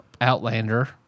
Outlander